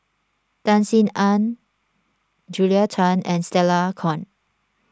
Tan Sin Aun Julia Tan and Stella Kon